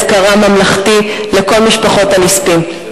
יום אזכרה ממלכתי לכל הנספים.